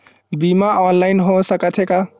बीमा ऑनलाइन हो सकत हे का?